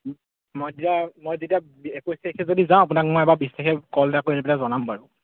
মই তেতিয়া মই তেতিয়া একৈছ তাৰিখে যদি যাওঁ আপোনাক মই এবাৰ বিছ তাৰিখে কল এটা কৰি পেলাই জনাম বাৰু